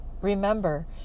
Remember